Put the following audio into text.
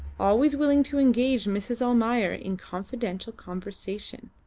always willing to engage mrs. almayer in confidential conversation.